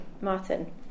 Martin